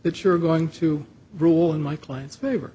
that you're going to rule in my client's favor